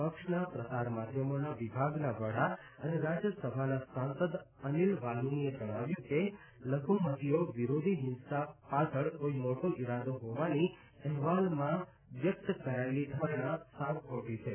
પક્ષના પ્રસાર માધ્યમોના વિભાગના વડા અને રાજ્યસભાના સાંસદ અનિલ બાલુનીએ જણાવ્યું કે લઘુમતીઓ વિરોધી હિંસા પાછળ કોઇ મોટો ઇરાદો હોવાની અહેવાલમાં વ્યક્ત કરાયેલી ધારણ સાવ ખોટી છે